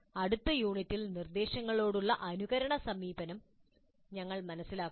അടുത്ത യൂണിറ്റിൽ നിർദ്ദേശങ്ങളോടുള്ള അനുകരണ സമീപനം ഞങ്ങൾ മനസ്സിലാക്കുന്നു